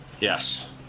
yes